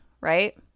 right